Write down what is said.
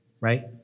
Right